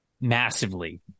Massively